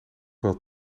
wel